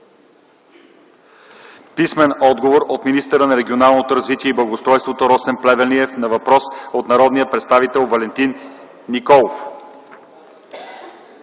Писмен отговор от министъра на регионалното развитие и благоустройството Росен Плевнелиев на въпрос от народния представител Валентин Николов.